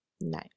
No